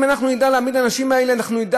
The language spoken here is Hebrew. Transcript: אם אנחנו נדע להעמיד את זה למען האנשים האלה אנחנו נדע